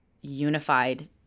unified